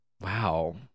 Wow